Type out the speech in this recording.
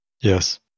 Yes